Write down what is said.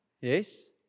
Yes